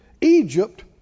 Egypt